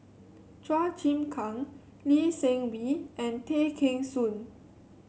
Chua Chim Kang Lee Seng Wee and Tay Kheng Soon